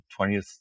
20th